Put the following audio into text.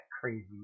crazy